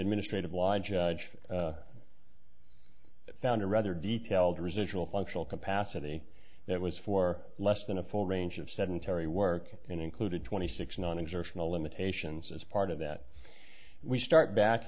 administrative law judge found a rather detailed residual functional capacity that was for less than a full range of sedentary work and included twenty six non exertional limitations as part of that we start back